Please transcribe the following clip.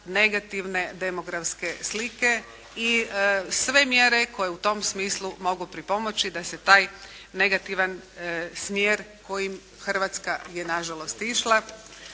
negativne demografske slike. I sve mjere koje u tom smislu mogu pripomoći da se taj negativan smjer kojim Hrvatska je nažalost išla,